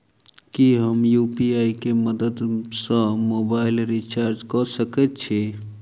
की हम यु.पी.आई केँ मदद सँ मोबाइल रीचार्ज कऽ सकैत छी?